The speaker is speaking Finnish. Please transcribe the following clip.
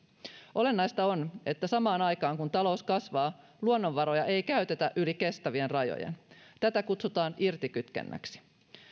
olennaista on että samaan aikaan kun talous kasvaa luonnonvaroja ei käytetä yli kestävien rajojen tätä kutsutaan irtikytkennäksi